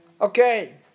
Okay